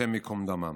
השם ייקום דמם.